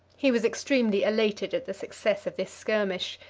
he was extremely elated at the success of this skirmish.